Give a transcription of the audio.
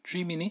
three minute